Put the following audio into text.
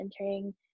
entering